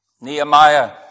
Nehemiah